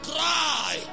Cry